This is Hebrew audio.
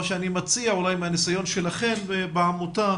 אני מציע שאולי מהניסיון שלכם בעמותה,